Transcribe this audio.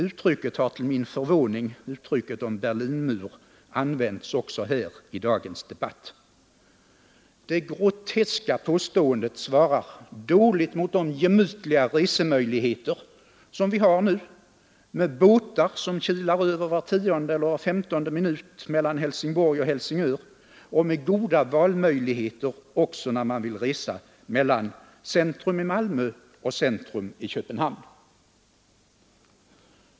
Uttrycket Berlinmur har till min förvåning använts också här i dagens debatt. Det groteska påståendet svarar dåligt mot de gemytliga resmöjligheter, som vi har nu med båtar som kilar var tionde eller femtonde minut mellan Helsingborg och Helsingör och med goda valmöjligheter också när man vill resa mellan centrum i Malmö och centrum i Köpenhamn.